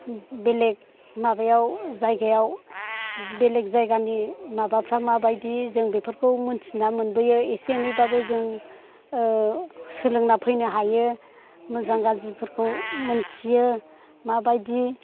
बेलेग माबायाव जायगायाव बेलेग जायगानि माबाफ्रा माबायदि जों बेफोरखौ मोनथिना मोनबोयो एसे एनैबाबो जों सोलोंना फैनो हायो मोजां गाज्रिफोरखौ मोनथियो माबायदि